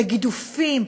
בגידופים,